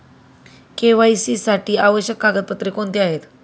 KYC साठी आवश्यक कागदपत्रे कोणती आहेत?